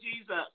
jesus